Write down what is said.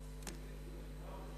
(מינוי ממלא